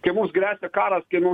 kai mums gresia karas kai mums